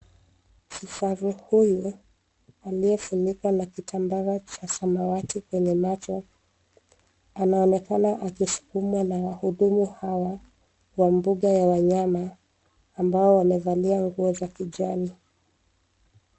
Kifaru huyo aliyefunikwa na kitambaa cha samawati kwenye macho anaonekana akisukumwa na wahudumu hawa wa mbuga ya wanyama ambao wamevalia nguo za kijani.